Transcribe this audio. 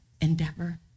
endeavor